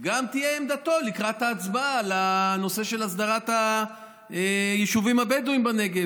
תהיה כמו עמדתו לקראת ההצבעה על הנושא של הסדרת היישובים הבדואיים בנגב.